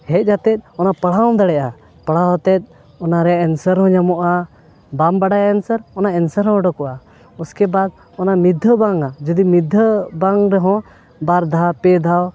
ᱦᱮᱡ ᱠᱟᱛᱮᱫ ᱚᱱᱟ ᱯᱟᱲᱦᱟᱣ ᱦᱚᱸᱢ ᱫᱟᱲᱮᱭᱟᱜᱼᱟ ᱯᱟᱲᱦᱟᱣ ᱠᱟᱛᱮᱫ ᱚᱱᱟᱨᱮᱭᱟᱜ ᱮᱱᱥᱟᱨ ᱦᱚᱸ ᱧᱟᱢᱚᱜᱼᱟ ᱵᱟᱢ ᱵᱟᱲᱟᱭ ᱮᱱᱥᱟᱨ ᱚᱱᱟ ᱮᱱᱥᱟᱨ ᱦᱚᱸ ᱩᱰᱩᱠᱚᱜᱼᱟ ᱩᱥᱠᱮ ᱵᱟᱫ ᱚᱱᱟ ᱢᱤᱫᱷᱟᱣ ᱵᱟᱝᱟ ᱡᱩᱫᱤ ᱢᱤᱫᱷᱟᱣ ᱵᱟᱝ ᱨᱮᱦᱚᱸ ᱵᱟᱨ ᱫᱷᱟᱣ ᱯᱮ ᱫᱷᱟᱣ